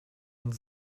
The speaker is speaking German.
und